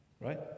Right